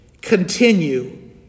continue